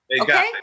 Okay